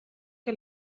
que